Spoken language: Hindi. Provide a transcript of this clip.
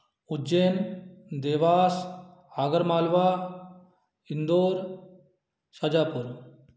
उज्जैन देवास हागरमालवा इंदौर शाहजहाँपुर